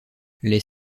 les